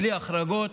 בלי החרגות.